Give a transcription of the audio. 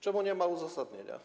Czemu nie ma uzasadnienia?